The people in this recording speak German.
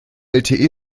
lte